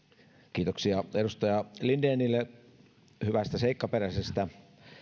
kiitoksia edustaja lindenille hyvästä seikkaperäisestä